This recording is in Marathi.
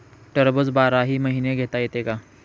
टरबूज बाराही महिने घेता येते का?